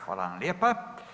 Hvala vam lijepa.